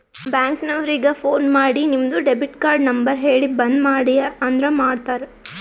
bank ನವರಿಗ phone ಮಾಡಿ ನಿಮ್ದು ಡೆಬಿಟ್ ಕಾರ್ಡ್ ನಂಬರ್ ಹೇಳಿ ಬಂದ್ ಮಾಡ್ರಿ ಅಂದುರ್ ಮಾಡ್ತಾರ